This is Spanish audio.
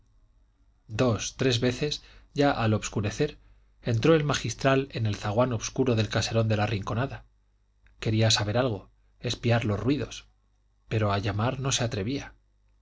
dos tres veces ya al obscurecer entró el magistral en el zaguán obscuro del caserón de la rinconada quería saber algo espiar los ruidos pero a llamar no se atrevía